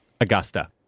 Augusta